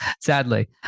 sadly